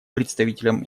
представителем